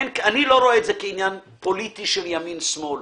איני רואה בכך עניין פוליטי של ימין ושמאל.